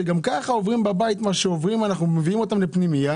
שגם ככה הם עוברים בבית את מה שהם עוברים ואנחנו לוקחים אותם לפנימייה,